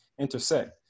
intersect